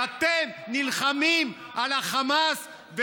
ואתם נלחמים על החמאס,